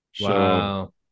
wow